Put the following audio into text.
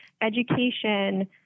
education